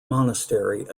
monastery